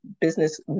business